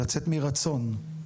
לצאת מרצון.